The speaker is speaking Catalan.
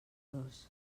dos